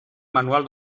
manual